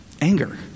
Anger